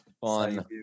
Fun